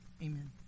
Amen